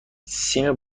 سیم